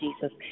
Jesus